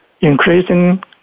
increasing